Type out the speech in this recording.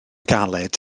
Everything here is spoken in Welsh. galed